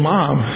Mom